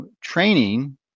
training